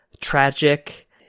tragic